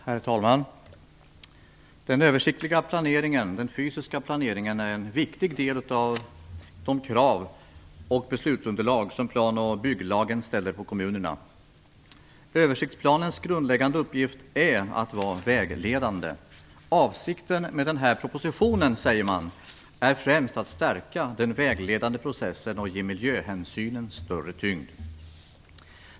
Herr talman! Den översiktliga fysiska planeringen är en viktig del av de krav och beslutsunderlag som plan och bygglagen ställer på kommunerna. Översiktsplanens grundläggande uppgift är att vara vägledande. Avsikten med den här propositionen, säger man, är främst att stärka den vägledande processen och att ge miljöhänsynen större tyngd.